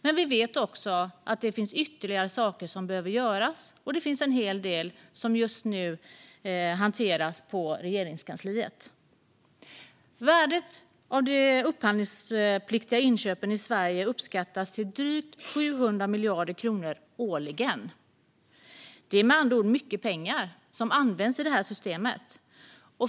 Men vi vet också att det finns ytterligare saker som behöver göras och en hel del som just nu hanteras på Regeringskansliet. Värdet av de upphandlingspliktiga inköpen i Sverige uppskattas till drygt 700 miljarder kronor årligen. Det är med andra ord mycket pengar som används i systemet.